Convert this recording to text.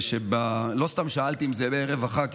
לא סתם שאלתי אם זה בערב החג,